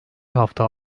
hafta